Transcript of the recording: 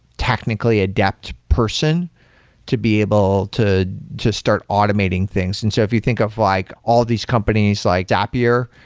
technically adept person to be able to to start automating things. and so if you think of like all these companies, like zapier.